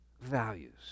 Values